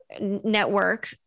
network